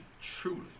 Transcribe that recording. truly